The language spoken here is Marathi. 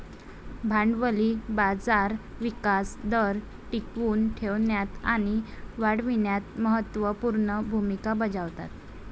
भांडवली बाजार विकास दर टिकवून ठेवण्यात आणि वाढविण्यात महत्त्व पूर्ण भूमिका बजावतात